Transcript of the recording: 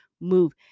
move